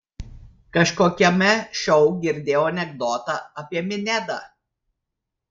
kažkokiame šou girdėjau anekdotą apie minedą